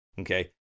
Okay